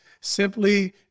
simply